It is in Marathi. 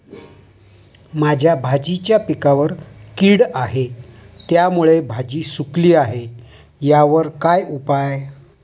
माझ्या भाजीच्या पिकावर कीड आहे त्यामुळे भाजी सुकली आहे यावर काय उपाय?